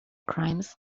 crimes